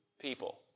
people